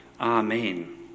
Amen